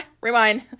Rewind